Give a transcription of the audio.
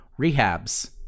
rehabs